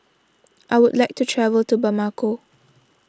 I would like to travel to Bamako